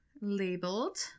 labeled